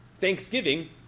Thanksgiving—